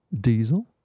diesel